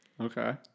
Okay